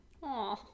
Aw